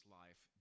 life